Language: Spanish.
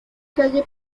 calle